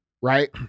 right